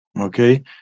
Okay